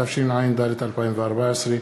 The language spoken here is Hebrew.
התשע"ד 2014,